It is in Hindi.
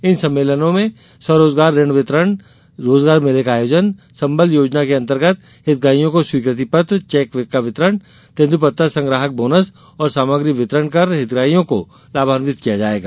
इन सम्मेलनों में स्वरोजगार ऋण वितरण रोजगार मेले का आयोजन संबल योजना अंतर्गत हितग्राहियों को स्वीकृति पत्र चेक का वितरण तेंद्रपत्ता संग्राहक बोनस और सामग्री वितरण कर हितग्राहियों को लाभान्वित किया जाएगा